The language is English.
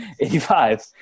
85